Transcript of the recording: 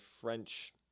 French –